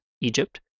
Egypt